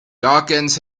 dawkins